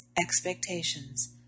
expectations